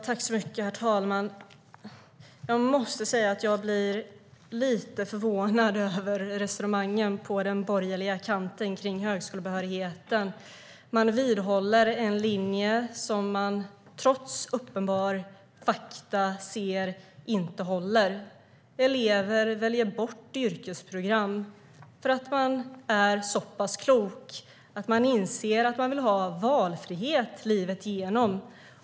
Herr talman! Jag måste säga att jag blir lite förvånad över resonemangen på den borgerliga kanten om högskolebehörigheten. Man vidhåller en linje som man, trots uppenbara fakta, ser inte håller. Elever väljer bort yrkesprogrammen för att de är så pass kloka att de inser att de vill ha valfrihet livet igenom.